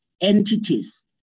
entities